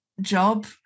job